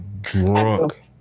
Drunk